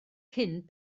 cyn